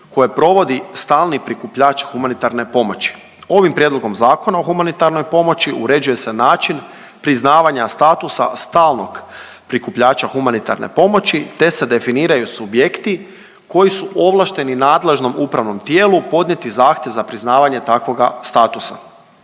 koje provodi stalni prikupljač humanitarne pomoći. Ovim prijedlogom zakona o humanitarnoj pomoći, uređuje se način priznavanja statusa stalnog prikupljača humanitarne pomoći te se definiraju subjekti koji su ovlašteni nadležnom upravnom tijelu podnijeti zahtjev za priznavanje takvoga statusa.